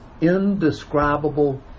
indescribable